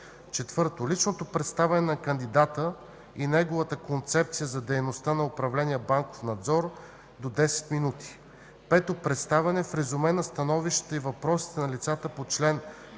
4. Лично представяне на кандидата и на неговата концепция за дейността на управление „Банков надзор”– до 10 минути. 5. Представяне в резюме на становищата и въпросите на лицата по чл. 89, ал.